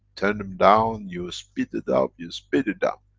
turned them down, you speed it up, you speed it down.